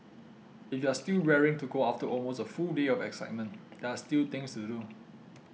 if you are still raring to go after almost a full day of excitement there are still things to do